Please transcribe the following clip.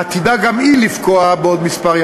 העתידה גם היא לפקוע בעוד ימים מספר.